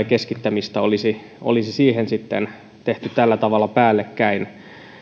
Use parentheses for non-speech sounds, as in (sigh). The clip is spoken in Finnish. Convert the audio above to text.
(unintelligible) keskittämistä olisi olisi sitten tehty sen kanssa tällä tavalla päällekkäin